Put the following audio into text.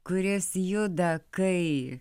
kuris juda kai